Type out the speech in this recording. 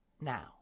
now